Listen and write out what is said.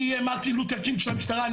אני אהיה מרטין לותר קינג של המשטרה.